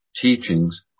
teachings